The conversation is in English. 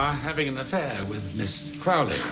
um having an affair with ms. crowley.